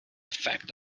effect